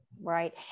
Right